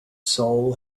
soul